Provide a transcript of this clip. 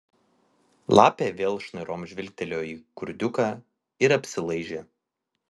lapė vėl šnairom žvilgtelėjo į kurdiuką ir apsilaižė